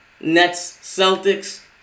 Nets-Celtics